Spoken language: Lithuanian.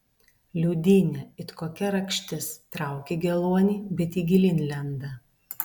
liūdynė it kokia rakštis trauki geluonį bet ji gilyn lenda